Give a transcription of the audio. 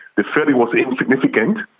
they said it was insignificant,